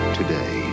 today